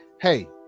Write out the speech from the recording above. hey